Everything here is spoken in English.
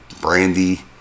brandy